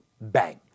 bang